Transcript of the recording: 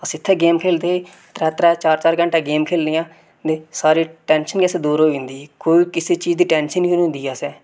अस इत्थै गेम खेलदे हे त्रै त्रै चार चार घंटे गेम खेलनियां ते सारी टेंशन के असेंगी दूर होई जंदी ही कोई कुसै चीज दी टेंशन के नी होंदी ही असें